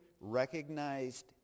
recognized